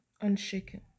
unshaken